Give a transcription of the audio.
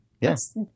Yes